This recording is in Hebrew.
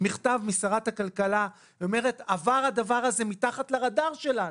מכתב משרת הכלכלה שאומרת שהדבר עבר מתחת לרדאר שלנו.